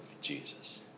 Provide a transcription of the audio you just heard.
Jesus